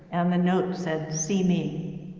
and the note said, see me.